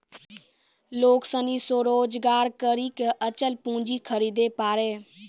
लोग सनी स्वरोजगार करी के अचल पूंजी खरीदे पारै